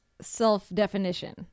self-definition